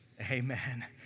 amen